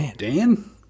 Dan